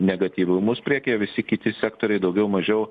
negatyvumus priekyje visi kiti sektoriai daugiau mažiau